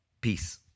Peace